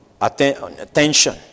attention